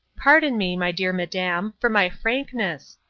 pardon me, my dear madam, for my frankness.